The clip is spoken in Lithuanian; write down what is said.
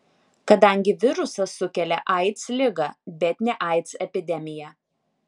kadangi virusas sukelia aids ligą bet ne aids epidemiją